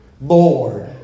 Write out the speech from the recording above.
Bored